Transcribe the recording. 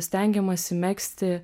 stengiamasi megzti